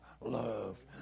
love